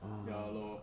ya lor